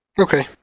Okay